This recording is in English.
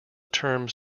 terms